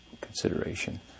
consideration